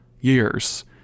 years